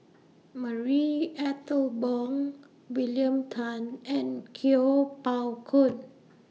Marie Ethel Bong William Tan and Kuo Pao Kun